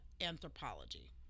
anthropology